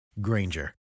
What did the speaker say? Granger